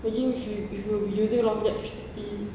imagine if you will be using a lot of electricity